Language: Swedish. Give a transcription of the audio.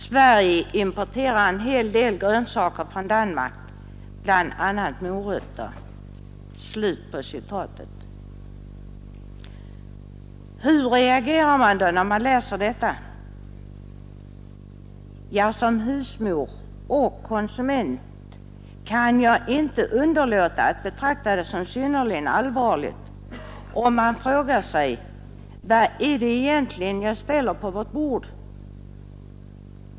Sverige importerar en hel del grönsaker från Danmark, bl.a. morötter.” Hur reagerar man när man läser detta? Ja, som husmor och konsument kan jag inte underlåta att betrakta det som synnerligen allvarligt. Man frågar sig: Vad är det egentligen jag ställer på vårt bord?